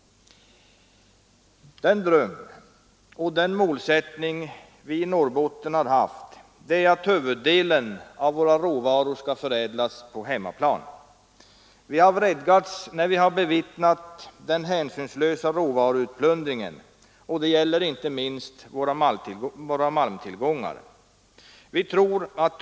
Den dröm och den målsättning vi i Norrbotten har haft är att huvuddelen av våra råvaror skall förädlas på hemmaplan. Vi har vredgats när vi har bevittnat den hänsynslösa råvaruutplundringen, och det gäller inte minst våra malmtillgångar.